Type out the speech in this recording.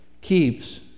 keeps